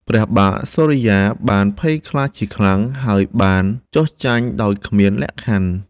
ព្រះបាទសូរិយាបានភ័យខ្លាចជាខ្លាំង ហើយបានចុះចាញ់ដោយគ្មានលក្ខខណ្ឌ។